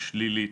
שלילית.